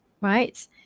right